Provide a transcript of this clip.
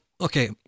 okay